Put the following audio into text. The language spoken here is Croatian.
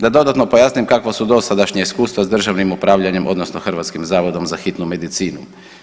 Da dodatno pojasnim kakva su dosadašnja iskustva sa državnim upravljanjem odnosno Hrvatskim zavodom za hitnu medicinu.